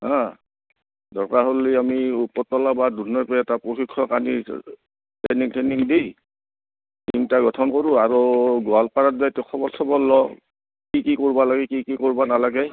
হা দৰকাৰ হ'লে আমি বা দুধনৈত গৈ এটা প্ৰশিক্ষক আনি ট্ৰেইনিং ট্ৰেইনিং দি টিম এটা গঠন কৰোঁ আৰু গোৱালপাৰাত যায় তই খবৰ চবৰ ল কি কি কৰিব লাগে কি কি কৰিব নালাগে